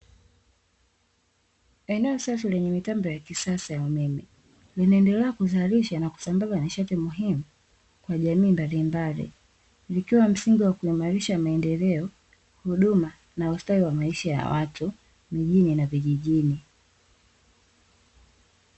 Eneo safi lenye mitambo ya kisasa ya umeme linaendelea kuzalisha na kusambaza nishati muhimu kwa jamii mbalimbali zikiwa msingi wa kuimarisha maendeleo, huduma na ustawi wa maisha ya watu mijini na vijijini.